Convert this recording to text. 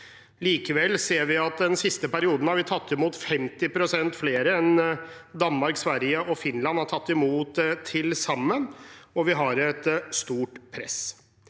Likevel ser vi at vi den siste perioden har tatt imot 50 pst. flere enn Danmark, Sverige og Finland har tatt imot til sammen, og vi har et stort press.